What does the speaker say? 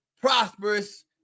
prosperous